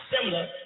similar